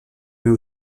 mais